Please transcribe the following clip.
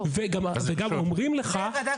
זה כבר עובד בשטח כמעט חמישה ימים וזה עובד מצוין.